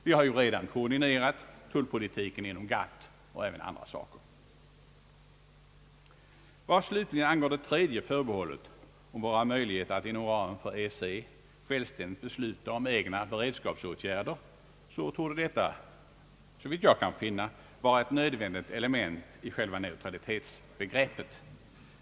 Vi har ju redan koordinerat tullpolitiken inom GATT. Vad slutligen angår det tredje förbehållet om våra möjligheter att inom ramen för EEC självständigt besluta om egna beredskapsåtgärder så torde detta, såvitt jag kan finna, vara ett nödvändigt element i själva neutralitetsbegreppet.